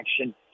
action